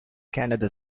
canada